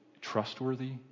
trustworthy